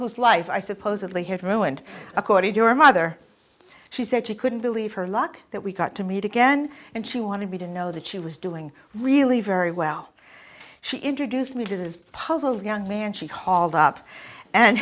whose life i supposedly had ruined according to her mother she said she couldn't believe her luck that we got to meet again and she wanted me to know that she was doing really very well she introduced me to this puzzle young man she called up and